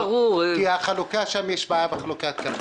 כי יש שם בעיה בחלוקת הקרקעות.